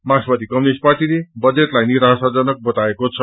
मार्क्सवादी कम्युनिष्ट पार्टीले बजेअटलाई निराशाजनक बताएको छ